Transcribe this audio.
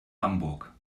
hamburg